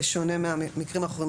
בשונה מהמקרים האחרים.